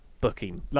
booking